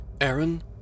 Aaron